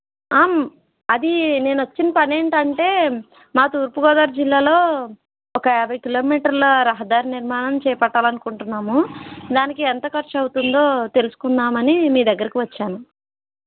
అది నేను వచ్చిన పని ఏంటంటే మా తూర్పుగోదావరి జిల్లాలో ఒక యాభై కిలోమీటర్ల రహదారి నిర్మాణం చేపట్టాలి అనుకుంటున్నాము దానికి ఎంత ఖర్చు అవుతుందో తెలుసుకుందాం అని మీ దగ్గరికి వచ్చాను